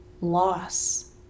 loss